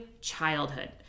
childhood